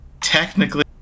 technically